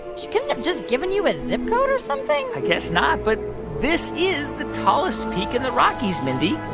she couldn't have just given you a zip code or something? i guess not. but this is the tallest peak in the rockies, mindy